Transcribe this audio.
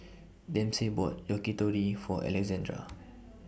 Dempsey bought Yakitori For Alessandra